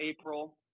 April